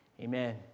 Amen